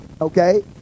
okay